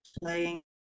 playing